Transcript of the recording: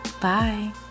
Bye